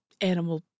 animal